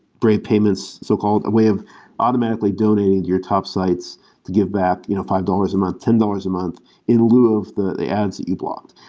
brave payments, so-called a way of automatically donating your top sites give back you know five dollars a month, ten dollars a month in lieu of the the ads that you blocked.